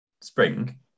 spring